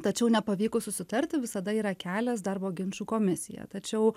tačiau nepavykus susitarti visada yra kelias darbo ginčų komisija tačiau